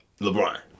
LeBron